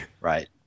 Right